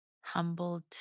Humbled